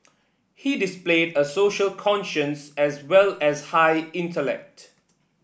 he displayed a social conscience as well as high intellect